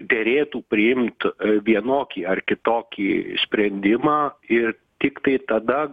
derėtų priimt vienokį ar kitokį sprendimą ir tiktai tada